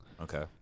Okay